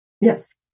Yes